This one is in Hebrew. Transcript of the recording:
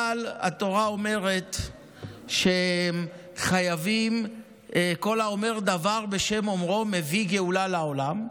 אבל התורה אומרת שכל האומר דבר בשם אומרו מביא גאולה לעולם,